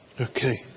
Okay